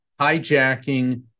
hijacking